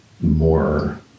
more